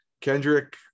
Kendrick